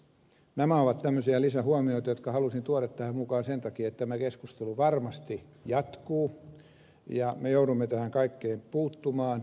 nämä ovat tämmöisiä lisähuomioita jotka halusin tuoda tähän mukaan sen takia että tämä keskustelu varmasti jatkuu ja me joudumme tähän kaikkeen puuttumaan